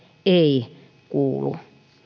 ei kuulu